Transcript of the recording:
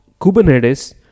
Kubernetes